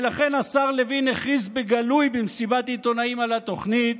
ולכן השר לוין הכריז בגלוי במסיבת עיתונאים על התוכנית,